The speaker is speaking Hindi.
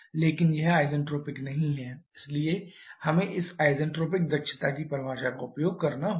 लेकिन यह आईसेन्ट्रॉपिक नहीं है इसलिए हमें इस आईसेन्ट्रॉपिक दक्षता की परिभाषा का उपयोग करना होगा